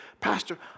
Pastor